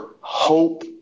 hope